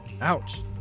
Ouch